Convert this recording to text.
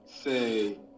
say